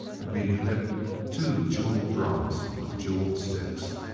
and beneath it two jewelled drums with jewelled sticks.